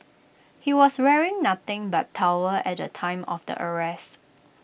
he was wearing nothing but towel at the time of the arrest